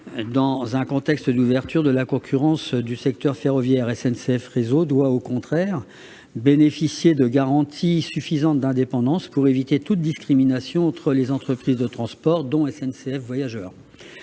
dans un contexte d'ouverture à la concurrence du secteur ferroviaire, SNCF Réseau doit bénéficier de garanties suffisantes d'indépendance, pour éviter toute discrimination entre les différentes entreprises de transport, dont SNCF Voyageurs.